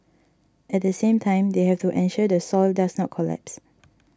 at the same time they have to ensure the soil does not collapse